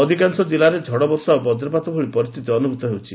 ଅଧିକାଂଶ କିଲ୍ଲାରେ ଝଡ଼ବର୍ଷା ଓ ବକ୍ରପାତ ଭଳି ପରିସ୍ଥିତି ଅନୁଭୂତ ହେଉଛି